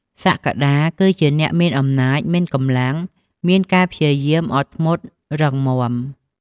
សក្តា គឺជាអ្នកមានអំណាច មានកម្លាំង មានការព្យាយាម អត់ធ្មត់ រឹងមាំ។